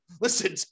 Listen